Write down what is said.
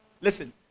Listen